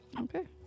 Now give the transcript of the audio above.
Okay